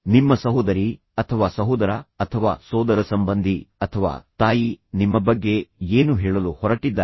ನಿಮ್ಮ ಸಹೋದರಿ ಅಥವಾ ಸಹೋದರ ಅಥವಾ ಸೋದರಸಂಬಂಧಿ ಅಥವಾ ತಾಯಿ ನಿಮ್ಮ ಬಗ್ಗೆ ಏನು ಹೇಳಲು ಹೊರಟಿದ್ದಾರೆ